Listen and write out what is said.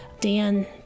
Dan